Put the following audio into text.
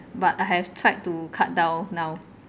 but I have tried to cut down now